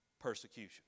persecution